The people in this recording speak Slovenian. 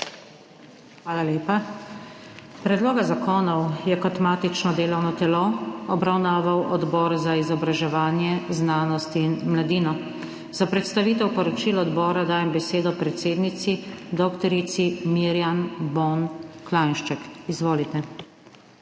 Hvala lepa. Predlog odloka je kot matično delovno telo obravnaval Odbor za izobraževanje, znanost in mladino. Za predstavitev poročila odbora dajem besedo predsednici, kolegici dr. Mirjam Bon Klanjšček. Izvolite.